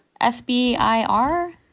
S-B-I-R